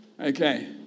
okay